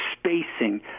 spacing